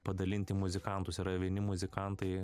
padalinti muzikantus yra vieni muzikantai